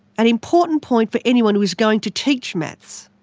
an important point for anyone who is going to teach maths.